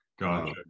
Gotcha